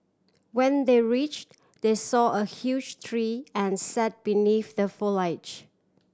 when they reached they saw a huge tree and sat beneath the foliage